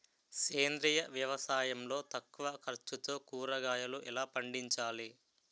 సేంద్రీయ వ్యవసాయం లో తక్కువ ఖర్చుతో కూరగాయలు ఎలా పండించాలి?